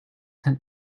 tent